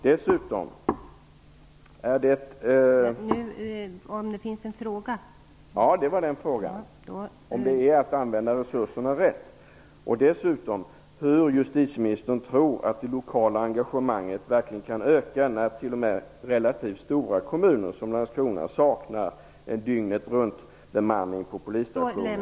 Dessutom undrar jag hur justitieministern tror att det lokala engagemanget verkligen kan öka när t.o.m. relativt stora kommuner som Landskrona saknar dygnet-runt-bemanning på polisstationen.